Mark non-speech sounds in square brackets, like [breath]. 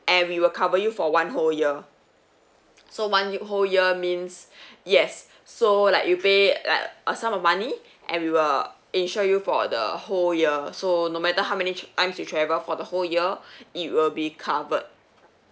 and we will cover you for one whole year [noise] so one year whole year means [breath] yes [breath] so like you pay like a sum of money [breath] and we will insure you for the whole year so no matter how many tr~ times you travel for the whole year [breath] it will be covered